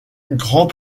grand